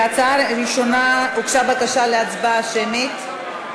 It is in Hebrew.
להצעה ראשונה הוגשה בקשה להצבעה שמית.